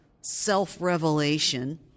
self-revelation